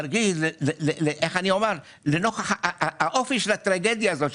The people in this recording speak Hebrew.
מרגיז, לנוכח האופי של הטרגדיה הזאת.